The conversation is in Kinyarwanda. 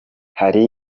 hari